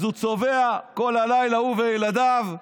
אז הוא צובע כל הלילה, הוא וילדיו,